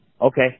okay